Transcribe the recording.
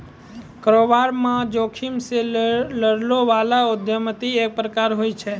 कारोबार म जोखिम से लड़ै बला उद्यमिता एक प्रकार होय छै